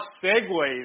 segue